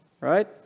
right